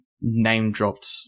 name-dropped